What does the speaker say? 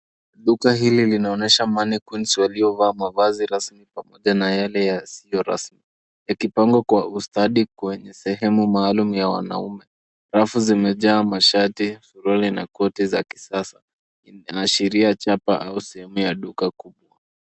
Duka hili linaonyesha mannequins waliovaa mavazi rasmi pamoja na yale yasiyo rasmi, yakipangwa kwa ustadi kwenye sehemu maalum ya wanaume. Rafu zimejaa mashati, suruali na koti za kisasa, inaashiria chapa au sehemu ya duka kubwa.